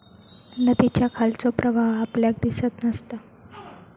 नदीच्या खालचो प्रवाह आपल्याक दिसत नसता